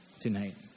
tonight